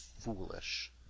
foolish